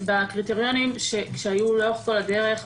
בקריטריונים שהיו לאורך כל הדרך,